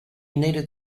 needed